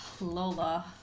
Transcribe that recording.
lola